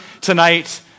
tonight